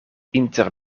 inter